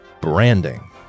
branding